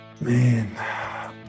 Man